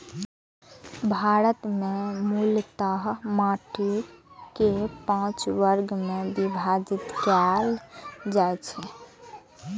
भारत मे मूलतः माटि कें पांच वर्ग मे विभाजित कैल जाइ छै